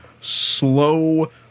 slow